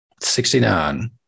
Sixty-nine